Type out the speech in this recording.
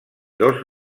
dos